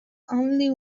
only